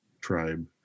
tribe